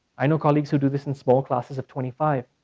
i know colleagues who do this in small classes of twenty five,